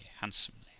handsomely